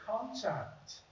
contact